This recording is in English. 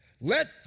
let